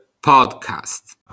podcast